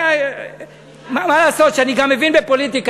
מה לעשות שאני גם מבין בפוליטיקה,